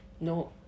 No